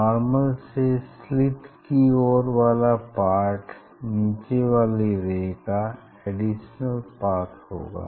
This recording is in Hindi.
नार्मल से स्लिट की ओर वाला पार्ट नीचे वाली रे का एडिशनल पाथ होगा